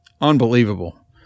Unbelievable